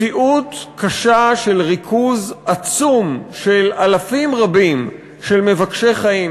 מציאות קשה של ריכוז עצום של אלפים רבים של מבקשי חיים,